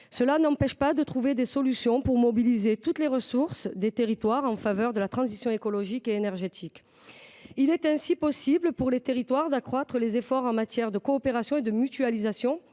Cela n’empêche pas de trouver des solutions pour mobiliser toutes les ressources des territoires en faveur de la transition écologique et énergétique. Il est ainsi possible pour les territoires d’accroître les efforts en matière de coopération, de mutualisation,